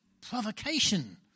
provocation